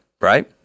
Right